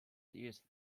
used